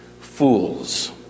fools